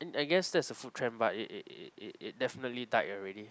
I I guess that's the food trend but it it it it it definitely died already